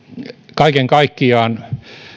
kaiken kaikkiaan